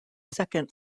second